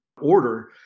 order